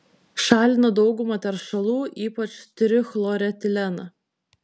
šalina daugumą teršalų ypač trichloretileną